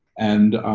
and,